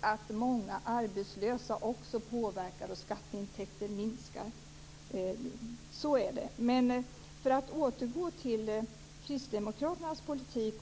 att många arbetslösa också påverkar och att skatteintäkterna därmed minskar. Jag skall återgå till Kristdemokraternas politik.